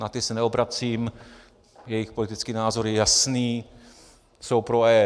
Na ty se neobracím, jejich politický názor je jasný, jsou pro EET.